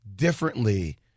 differently